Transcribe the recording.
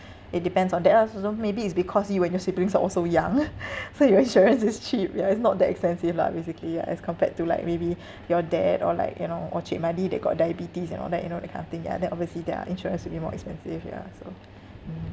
it depends on the ah also maybe is because you and your siblings are all so young so your insurance is cheap ya it's not that expensive lah basically lah as compared to like maybe your dad or like you know or cik mahdi they got diabetes and all that you know that kind of thing ya then obviously their insurance will be more expensive ya so mm